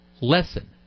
lesson